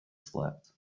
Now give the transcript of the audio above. slept